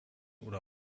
oder